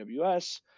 AWS